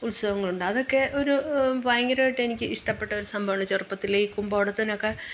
ഉത്സവങ്ങളുണ്ട് അതൊക്കെ ഒരു ഭയങ്കരമായിട്ട് എനിക്ക് ഇഷ്ടപ്പെട്ട ഒരു സംഭവമാണ് ചെറുപ്പത്തിലേ ഈ കുമ്പോടത്തിനൊക്കെ